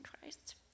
Christ